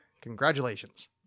Congratulations